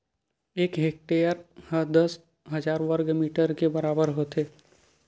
एक हेक्टेअर हा दस हजार वर्ग मीटर के बराबर होथे